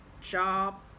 job